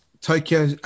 Tokyo